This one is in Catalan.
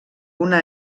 una